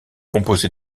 composé